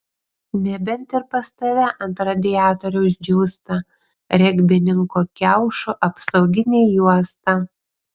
nebent ir pas tave ant radiatoriaus džiūsta regbininko kiaušų apsauginė juosta